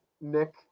Nick